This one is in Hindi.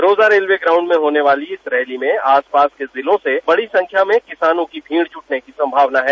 रोजा रेलवे ग्राउंड पर होने वाली इस रैली में आसपास के जिलों से बड़ी संख्या में किसानों की भीड़ जुटने की संभावना है